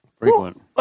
frequent